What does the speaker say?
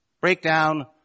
breakdown